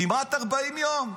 כמעט 40 יום,